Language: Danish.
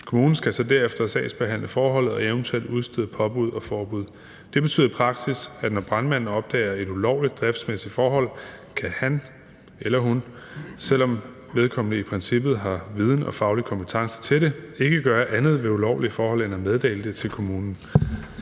Kommunen skal så derefter sagsbehandle forholdet og eventuelt udstede påbud og forbud. Det betyder i praksis, at når brandmanden opdager et ulovligt driftsmæssigt forhold, kan han eller hun, selv om vedkommende i princippet har viden og faglig kompetence til det, ikke gøre andet ved det ulovlige forhold end at meddele det til kommunen.